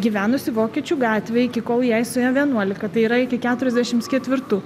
gyvenusi vokiečių gatvėj iki kol jai suėjo vienuolika tai yra iki keturiasdešims ketvirtų